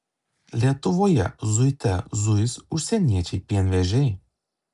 lietuvoje zuite zuis užsieniečiai pienvežiai